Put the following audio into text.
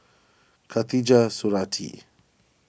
Khatijah Surattee